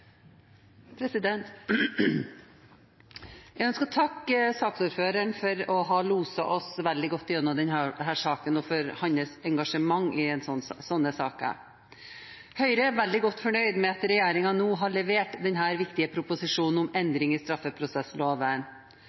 Jeg ønsker å takke saksordføreren for å ha loset oss veldig godt igjennom denne saken og for hans engasjement i slike saker. Høyre er veldig godt fornøyd med at regjeringen nå har levert denne viktige proposisjonen om endring i straffeprosessloven.